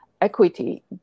equity